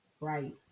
Right